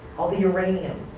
all the uranium,